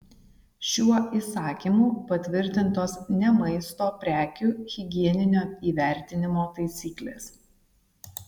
šiuo įsakymu patvirtintos ne maisto prekių higieninio įvertinimo taisyklės